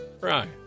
Right